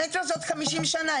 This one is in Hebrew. המטרו זה עוד 50 שנה.